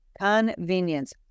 Convenience